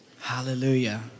Hallelujah